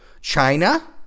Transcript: China